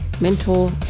mentor